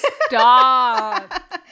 Stop